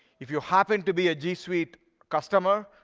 if you happen to be a g suite customer,